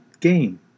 game